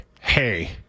hey